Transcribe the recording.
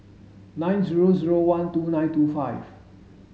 nine zero zero one two nine two five